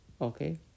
Okay